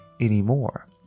anymore